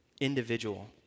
individual